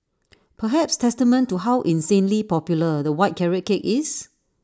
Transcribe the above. perhaps testament to how insanely popular the white carrot cake is